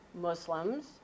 Muslims